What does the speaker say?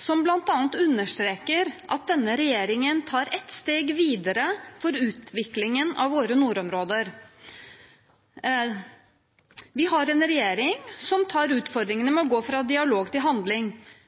som bl.a. understreker at denne regjeringen tar et steg videre for utviklingen av våre nordområder. Vi har en regjering som tar utfordringene med å gå fra dialog til handling.